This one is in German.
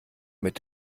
mit